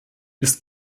ist